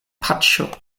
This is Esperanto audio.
paĉjo